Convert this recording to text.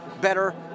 better